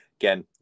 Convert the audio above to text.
again